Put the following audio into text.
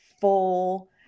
full –